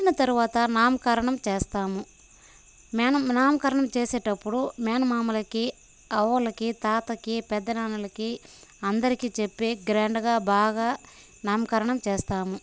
పుట్టిన తర్వాత నామకరణం చేస్తాము మేన నామకరణం చేసేటప్పుడు మేనమామలకి అవ్వలకి తాతకి పెద్దనాన్నలకి అందరికీ చెప్పే గ్రాండ్గా బాగా నామకరణం చేస్తాము